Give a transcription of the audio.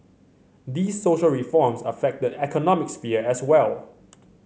these social reforms affect the economic sphere as well